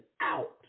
out